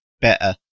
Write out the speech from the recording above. better